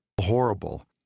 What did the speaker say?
Horrible